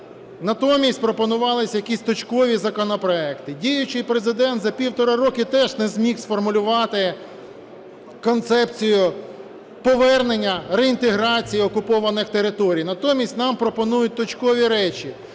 натомість пропонувались якісь точкові законопроекти. Діючий Президент за півтора роки теж не зміг сформулювати концепцію повернення, реінтеграцію окупованих територій, натомість нам пропонують точкові речі.